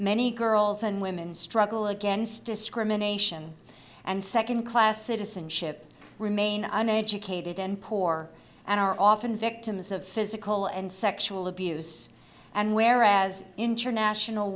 many girls and women struggle against discrimination and second class citizenship remain an educated and poor and are often victims of physical and sexual abuse and whereas international